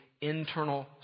internal